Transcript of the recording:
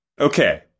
Okay